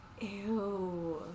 Ew